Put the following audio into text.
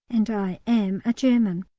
and i am a german.